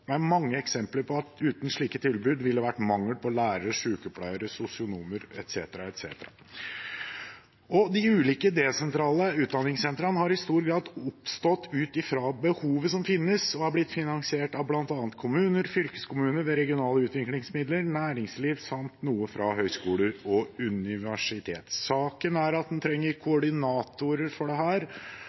det er mange eksempler på at uten slike tilbud ville det vært mangel på lærere, sykepleiere, sosionomer etc. De ulike desentrale utdanningssentrene har i stor grad oppstått ut fra behovet som finnes, og er blitt finansiert av bl.a. kommuner, fylkeskommuner ved regionale utviklingsmidler, næringsliv samt noe fra høyskoler og universiteter. Saken er at en trenger koordinatorer og tilretteleggere for